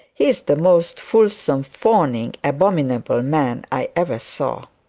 he is the most fulsome, fawning, abominable man i ever saw.